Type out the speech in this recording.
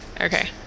okay